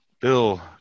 bill